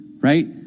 right